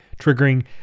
triggering